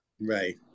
Right